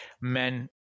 men